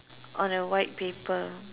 on a white paper